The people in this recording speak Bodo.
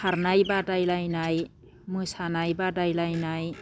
खारनाय बादायलायनाय मोसानाय बादायलायनाय